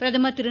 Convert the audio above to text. பிரதமர் திரு